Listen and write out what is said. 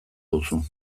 duzu